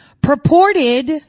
purported